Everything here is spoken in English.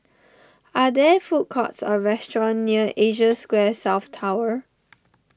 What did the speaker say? are there food courts or restaurants near Asia Square South Tower